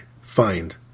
find